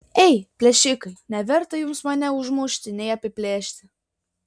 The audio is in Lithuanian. ei plėšikai neverta jums mane užmušti nei apiplėšti